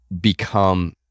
become